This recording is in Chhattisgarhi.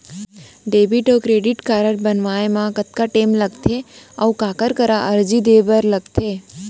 डेबिट अऊ क्रेडिट कारड बनवाए मा कतका टेम लगथे, अऊ काखर करा अर्जी दे बर लगथे?